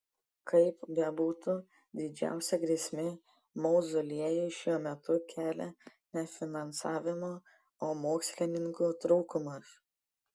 kaip bebūtų didžiausią grėsmę mauzoliejui šiuo metu kelia ne finansavimo o mokslininkų trūkumas